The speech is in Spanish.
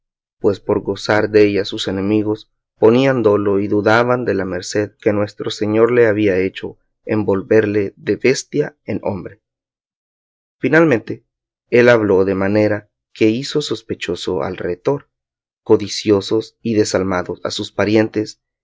pues por gozar della sus enemigos ponían dolo y dudaban de la merced que nuestro señor le había hecho en volverle de bestia en hombre finalmente él habló de manera que hizo sospechoso al retor codiciosos y desalmados a sus parientes